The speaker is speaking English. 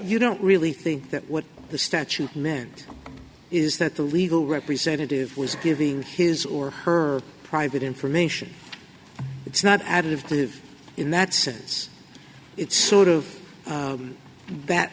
you don't really think that what the statute meant is that the legal representative was giving his or her private information it's not additive to in that sense it's sort of that